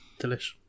Delish